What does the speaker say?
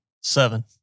Seven